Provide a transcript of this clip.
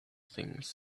things